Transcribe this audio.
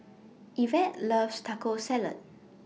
Ivette loves Taco Salad